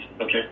okay